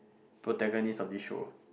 protagonist of this show